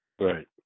Right